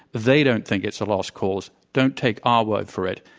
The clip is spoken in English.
they don't think it's a lost cause. don't take our word for it.